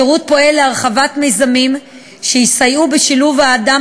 השירות פועל להרחבת מיזמים שיסייעו בשילוב האדם